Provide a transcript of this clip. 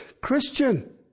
Christian